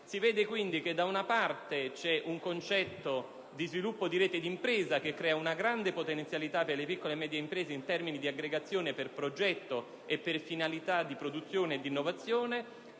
un lato, prevale dunque un concetto di sviluppo di rete di impresa, che crea una grande potenzialità per le piccole e medie imprese in termini di aggregazione per progetto e per finalità di produzione e di innovazione;